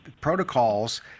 protocols